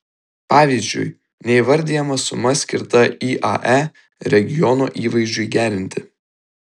pavyzdžiui neįvardijama suma skirta iae regiono įvaizdžiui gerinti